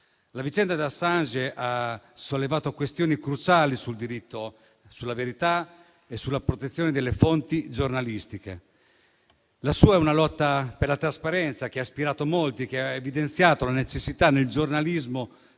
La vicenda di Assange ha sollevato questioni cruciali sul diritto alla verità e sulla protezione delle fonti giornalistiche. La sua è una lotta per la trasparenza che ha ispirato molti e che ha evidenziato la necessità di un giornalismo